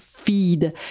feed